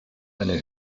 eine